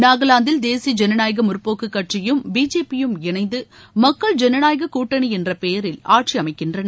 நாகாலாந்தில் தேசிய ஜனநாயக முற்போக்கு கட்சியும் பிஜேபியும் இணைந்து மக்கள ஜனநாயக கூட்டணி என்ற பெயரில் ஆட்சி அமைக்கின்றன